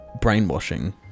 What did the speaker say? brainwashing